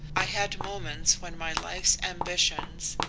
i had moments when my life's ambitions,